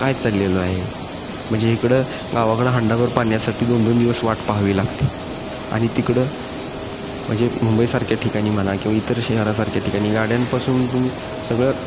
काय चाललेलो आहे म्हणजे इकडं गावाकडं हंडाभर पाण्यासाठी दोन दोन दिवस वाट पाहावी लागते आणि तिकडं म्हणजे मुंबईसारख्या ठिकाणी म्हणा किंवा इतर शहरासारख्या ठिकाणी गाड्यांपासून तुम्ही सगळं